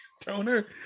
Toner